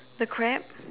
the crab